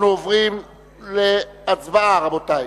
אנחנו עוברים להצבעה, רבותי.